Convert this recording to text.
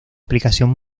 aplicación